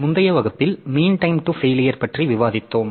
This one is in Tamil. முந்தைய வகுப்பில் மீண் டைம் டு ஃபெயிலியர் பற்றி விவாதித்தோம்